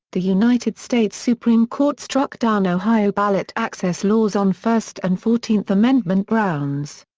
the united states supreme court struck down ohio ballot access laws on first and fourteenth amendment grounds.